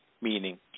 meaning